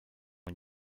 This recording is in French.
une